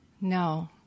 No